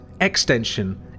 Extension